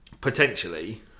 potentially